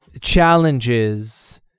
challenges